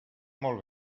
molt